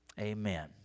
Amen